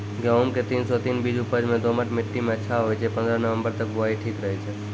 गेहूँम के तीन सौ तीन बीज उपज मे दोमट मिट्टी मे अच्छा होय छै, पन्द्रह नवंबर तक बुआई ठीक रहै छै